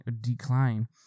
decline